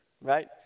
Right